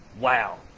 Wow